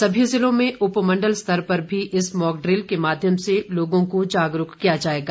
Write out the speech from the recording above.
सभी जिलों में उपमंडल स्तर पर भी इस मॉकड्रिल के माध्यम से लोगों को जागरूक किया जाएगा